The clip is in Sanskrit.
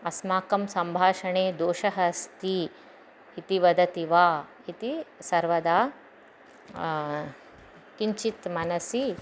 अस्माकं सम्भाषणे दोषः अस्ति इति वदति वा इति सर्वदा किञ्चित् मनसि